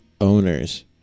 owners